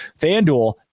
FanDuel